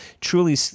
truly